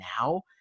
now